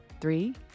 Three